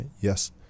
Yes